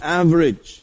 average